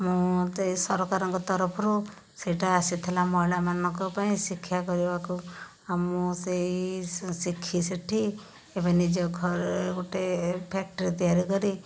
ମୋତେ ସରକାରଙ୍କ ତରଫରୁ ସେଇଟା ଆସିଥିଲା ମହିଳାମାନଙ୍କ ପାଇଁ ଶିକ୍ଷା କରିବାକୁ ଆଉ ମୁଁ ସେହି ଶିଖି ସେଇଠି ଏବେ ନିଜ ଘରେ ଗୋଟିଏ ଫ୍ୟାକ୍ଟ୍ରି ତିଆରି କରି